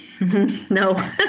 No